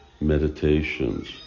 meditations